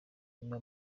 nyuma